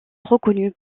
reconnu